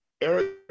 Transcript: Eric